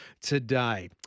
today